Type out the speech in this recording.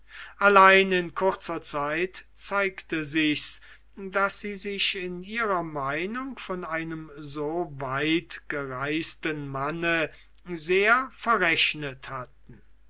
allein in kurzer zeit zeigte sichs daß sie sich in ihrer meinung von einem so weit gereiseten manne sehr verrechnet hatten